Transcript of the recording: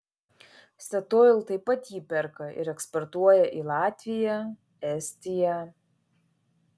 statoil taip pat jį perka ir eksportuoja į latviją estiją